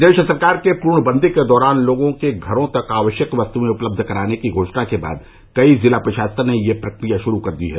प्रदेश सरकार के पूर्ण बंदी के दौरान लोगों के घरो तक आवश्यक वस्तुएं उपलब्ध कराने की घोषणा के बाद कई जिला प्रशासन ने यह प्रक्रिया शुरू कर दी है